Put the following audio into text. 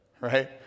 right